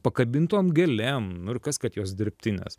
pakabintom gėlėm nu ir kas kad jos dirbtinės